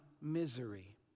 misery